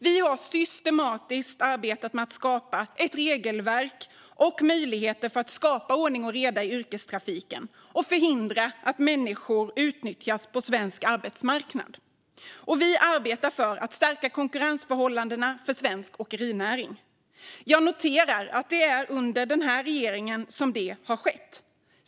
Vi har systematiskt arbetat med att skapa ett regelverk och möjligheter för att skapa ordning och reda i yrkestrafiken och förhindra att människor utnyttjas på svensk arbetsmarknad. Vi arbetar för att stärka konkurrensförhållandena för svensk åkerinäring. Jag noterar att det är under den här regeringen som detta har skett.